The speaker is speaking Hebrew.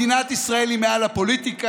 מדינת ישראל היא מעל הפוליטיקה,